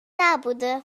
نبوده